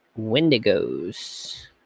wendigos